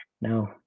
no